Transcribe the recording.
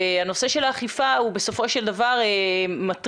נושא האכיפה הוא בסופו של דבר מטריד,